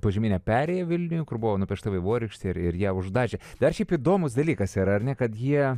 požeminę perėją vilniuje kur buvo nupiešta vaivorykštė ir ir ją uždažė dar šiaip įdomus dalykas yra ar ne kad jie